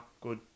good